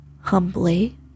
humbly